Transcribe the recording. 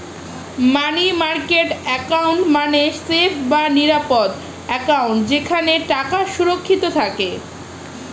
মানি market account মানে safe বা নিরাপদ অ্যাকাউন্ট যেখানে টাকা সুরক্ষিত থাকে